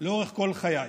לאורך כל חיי.